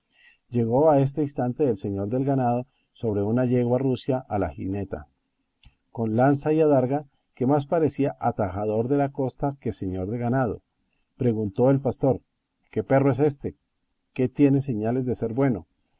llegó a este instante el señor del ganado sobre una yegua rucia a la jineta con lanza y adarga que más parecía atajador de la costa que señor de ganado preguntó el pastor qué perro es éste que tiene señales de ser bueno